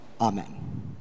Amen